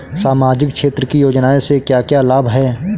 सामाजिक क्षेत्र की योजनाएं से क्या क्या लाभ है?